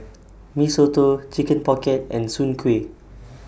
Mee Soto Chicken Pocket and Soon Kway